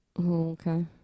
Okay